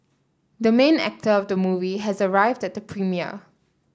the main actor of the movie has arrived at the premiere